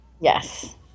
Yes